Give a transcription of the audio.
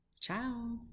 Ciao